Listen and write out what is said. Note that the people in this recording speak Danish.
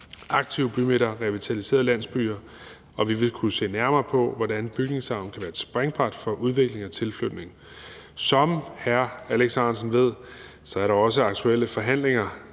aktive bymidter, revitaliserede landsbyer, og vi vil kunne se nærmere på, hvordan bygningsarven kan være et springbræt for udvikling og tilflytning. Som hr. Alex Ahrendtsen ved, er der også aktuelle forhandlinger